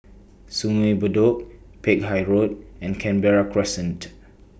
Sungei Bedok Peck Hay Road and Canberra Crescent